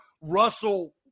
Russell